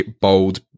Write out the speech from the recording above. bold